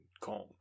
calm